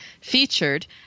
featured